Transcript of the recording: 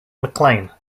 mclean